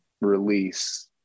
release